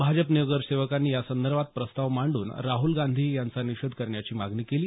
भाजप नगरसेवकांनी या संदर्भात प्रस्ताव मांडून राहुल गांधी यांचा निषेध करण्याची मागणी केली